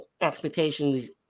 expectations